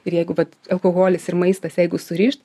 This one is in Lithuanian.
ir jeigu vat alkoholis ir maistas jeigu surišt